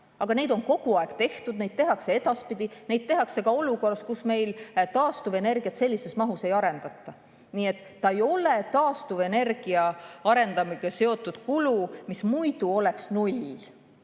Aga neid on kogu aeg tehtud ja tehakse ka edaspidi. Neid tehakse ka olukorras, kus meil taastuvenergiat sellises mahus ei arendata. Nii et see ei ole taastuvenergia arendamisega seotud kulu, mis muidu oleks null.